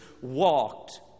walked